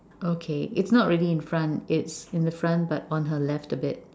okay it's not really in front it's in the front but on her left a bit